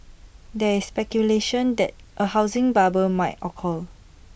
there is speculation that A housing bubble may occur